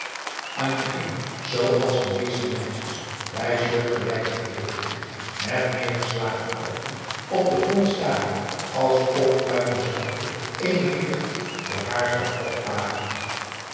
zoo als de meeste meisjes bij soortgelijke gelegenheid met neêrgeslagen oogen op den grond starende als of uit denzelven eenig licht voor haar zou opdagen